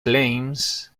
claims